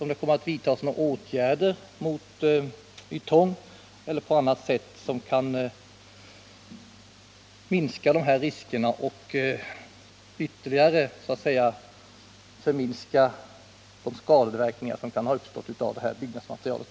Kommer man att vidta åtgärder mot Ytong eller på annat sätt minska de risker och mildra de skadeverkningar som kan ha uppstått på grund av det här byggmaterialet?